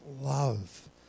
love